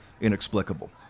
inexplicable